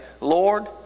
Lord